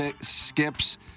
Skip's